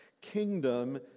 kingdom